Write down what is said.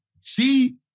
See